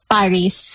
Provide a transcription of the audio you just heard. Paris